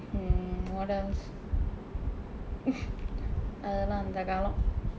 hmm what else அதெல்லாம் அந்த காலம்:athellaam andtha kaalam